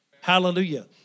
Hallelujah